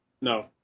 No